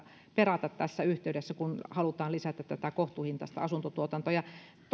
perata tässä yhteydessä kun halutaan lisätä kohtuuhintaista asuntotuotantoa